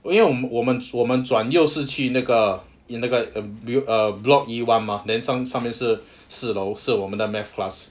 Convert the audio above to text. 因为我们转右是去那个 in 那个 build~ block E [one] mah then 上上面是四楼是我们的 math class